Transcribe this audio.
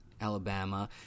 Alabama